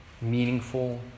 meaningful